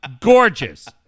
Gorgeous